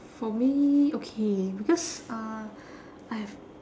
for me okay because uh I have